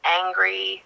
angry